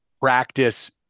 practice